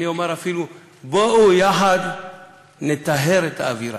אני אומר אפילו, בואו יחד נטהר את האווירה.